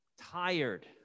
tired